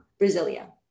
Brasilia